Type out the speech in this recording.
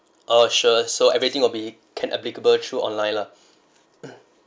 oh sure so everything will be can applicable through online lah